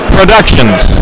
Productions